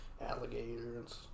alligators